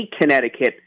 Connecticut